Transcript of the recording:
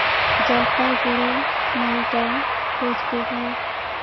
Jalpaiguri Malda Cooch Behar